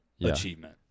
achievement